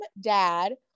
Dad